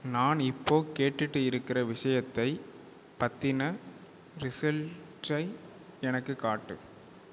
நான் இப்போ கேட்டுகிட்டு இருக்கிற விஷயத்தை பற்றின ரிசல்ட்டை எனக்குக் காட்டு